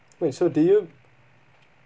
wait so did you